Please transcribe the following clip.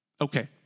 Okay